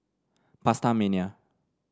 Pasta Mania